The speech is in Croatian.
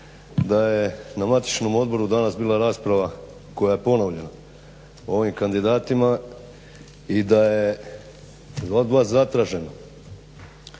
da je na matičnom odboru danas bila rasprava koja je ponovljena o ovim kandidatima i da je od vas zatraženo